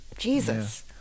Jesus